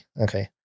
Okay